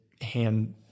hand